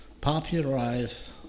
popularized